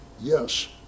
Yes